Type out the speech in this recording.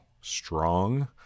strong